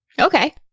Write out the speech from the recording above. Okay